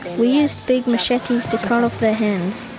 we use big machetes to cut off their hands,